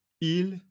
il